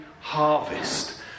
harvest